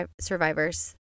survivors